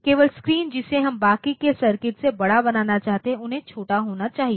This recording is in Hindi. केवल स्क्रीन जिसे हम बाकी के सर्किट से बड़ा बनाना चाहते हैं उन्हें छोटा होना चाहिए